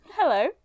Hello